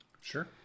sure